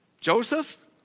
Joseph